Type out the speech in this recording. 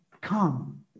come